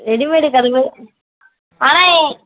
readymade கதவு ஆ